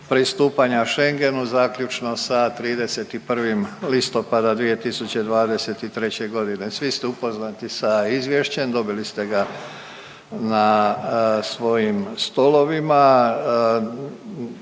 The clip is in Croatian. pristupanja Schengenu zaključno sa 31. listopada 2023. g. Svi ste upoznati sa Izvješćem, dobili ste ga na svojim stolovima,